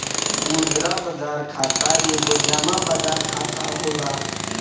मुद्रा बाजार खाता एगो जमा बाजार खाता होला